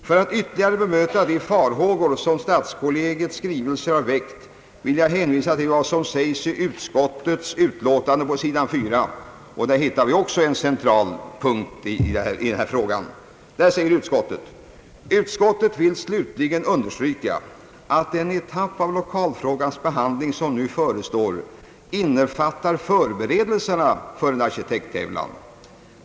För att ytterligare bemöta de farhågor som stadskollegiets skrivelse har väckt vill jag hänvisa till vad som sägs i utskottets utlåtande på sidan 4, vilket också är en central punkt i den här frågan. Där heter det: »Utskottet vill slutligen understryka att den etapp av lokalfrågans behandling som nu förestår innefattar förberedelserna för en arkitekttävling.